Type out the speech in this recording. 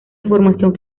información